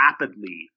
rapidly